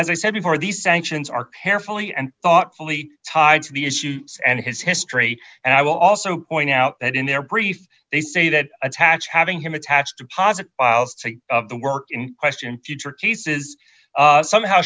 as i said before these sanctions are carefully and thoughtfully tied to the issues and his history and i will also point out that in their brief they say that a tax having him a tax deposit of the work in question future cases somehow